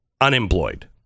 unemployed